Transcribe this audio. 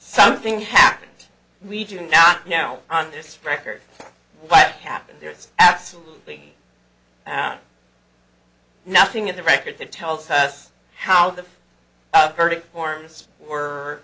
something happened we do not know on this record what happened there it's absolutely yeah nothing in the record that tells us how the verdict forms were